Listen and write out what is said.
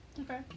Okay